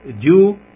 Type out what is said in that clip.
due